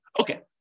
Okay